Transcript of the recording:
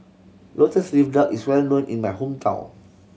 Lotus Leaf Duck is well known in my hometown